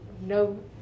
no